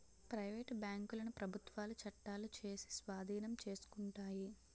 private బ్యాంకులను ప్రభుత్వాలు చట్టాలు చేసి స్వాధీనం చేసుకుంటాయి